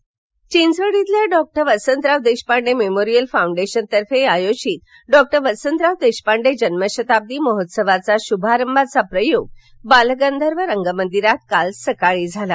वसंतराव चिंचवड इथल्या doctor Vasantrao Deshpande memorial फाउंडेशनतर्फे आयोजित डॉक्टर वसंतराव देशपांडे जन्मशताब्दी महोत्सवाचा शूभारंभाचा प्रयोग बालगंधर्व रंगमंदिरात काल सकाळी झाला